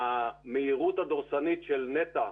המהירות הדורסנית של נת"ע